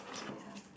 keep this one